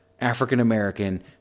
African-American